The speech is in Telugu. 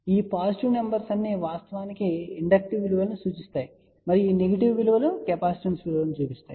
కాబట్టి ఈ పాజిటివ్ నంబర్స్ అన్ని వాస్తవానికి ఇండక్టటివ్ విలువలను సూచిస్తాయి మరియు ఈ నెగెటివ్ విలువలు కెపాసిటివ్ విలువలను సూచిస్తాయి